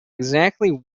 exactly